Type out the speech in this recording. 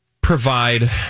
provide